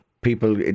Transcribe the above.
people